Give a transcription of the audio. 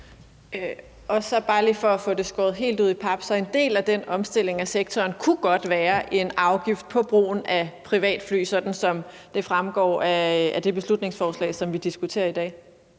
(RV): Bare lige for at få det skåret helt ud i pap vil jeg gerne spørge: Kunne en del af den omstilling af sektoren godt være en afgift på brugen af privatfly, sådan som det fremgår af det beslutningsforslag, som vi diskuterer i dag?